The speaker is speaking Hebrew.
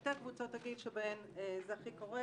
שתי קבוצות הגיל שבהן זה הכי קורה